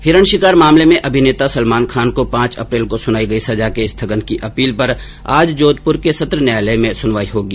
हिरण शिकार मामले में अभिनेता सलमान खान को पांच अप्रेल को सुनाई गई सजा के स्थगन की अपील पर आज जोधपुर के सत्र न्यायालय में सुनवाई होगी